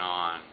on